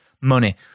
money